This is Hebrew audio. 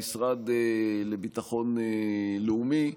המשרד לביטחון לאומי.